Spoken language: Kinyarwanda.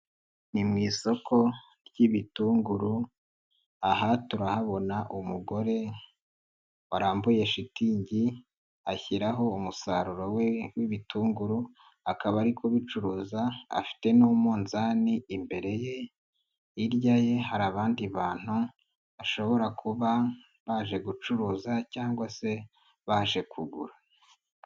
Ni mu isoko ry'ibitunguru, aha turahabona umugore warambuye shitingi, ashyiraho umusaruro we w'ibitunguru, akaba ari kubicuruza afite n'umuzani imbere ye, hirya ye hari abandi bantu, bashobora kuba baje gucuruza cyangwa se baje kugura.